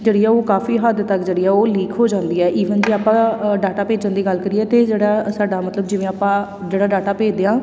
ਜਿਹੜੀ ਆ ਉਹ ਕਾਫ਼ੀ ਹੱਦ ਤੱਕ ਜਿਹੜੀ ਆ ਉਹ ਲੀਕ ਹੋ ਜਾਂਦੀ ਹੈ ਈਵਨ ਕਿ ਆਪਾਂ ਡਾਟਾ ਭੇਜਣ ਦੀ ਗੱਲ ਕਰੀਏ ਤਾਂ ਜਿਹੜਾ ਸਾਡਾ ਮਤਲਬ ਜਿਵੇਂ ਆਪਾਂ ਜਿਹੜਾ ਡਾਟਾ ਭੇਜਦੇ ਹਾਂ